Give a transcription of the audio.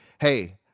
hey